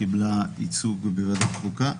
קיבלה ייצוג בוועדת החוקה.